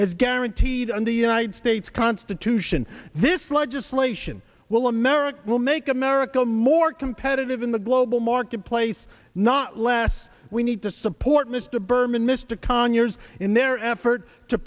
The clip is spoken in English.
as guaranteed and the united states constitution this legislation will america will make america more competitive in the global marketplace not less we need to support mr berman mr conyers in their effort to